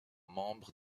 membre